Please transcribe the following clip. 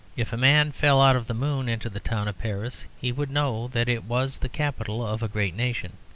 if a man fell out of the moon into the town of paris he would know that it was the capital of a great nation.